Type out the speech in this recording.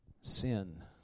sin